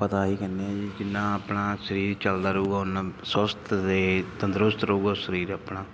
ਆਪਾਂ ਤਾਂ ਆਹ ਹੀ ਕਹਿੰਦੇ ਆ ਜੀ ਜਿੰਨਾ ਆਪਣਾ ਸਰੀਰ ਚੱਲਦਾ ਰਹੇਗਾ ਉਨਾ ਸੁਸਤ ਦੇ ਤੰਦਰੁਸਤ ਰਹੇਗਾ ਸਰੀਰ ਆਪਣਾ